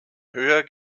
höher